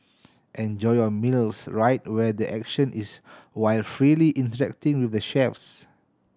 enjoy your meals right where the action is while freely interacting with the chefs